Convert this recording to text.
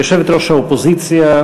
יושבת-ראש האופוזיציה,